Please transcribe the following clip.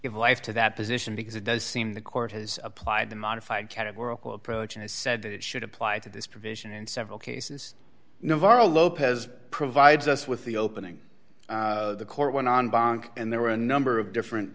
if life to that position because it does seem the court has applied the modified categorical approach and has said that it should apply to this provision in several cases novara lopez provides us with the opening of the court went on bond and there were a number of different